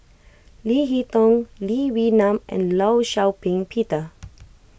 Leo Hee Tong Lee Wee Nam and Law Shau Ping Peter